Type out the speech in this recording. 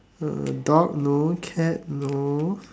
uh dog no cat no